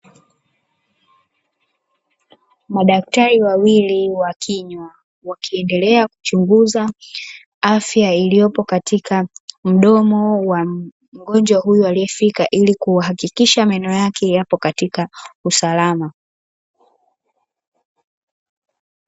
Madaktari wawili wa kinywa wakiendelea kuchunguza afya, iliyopo katika mdomo wa mgonjwa huyu aliyefika ili kuhakikisha meno yake yapo katika usalama.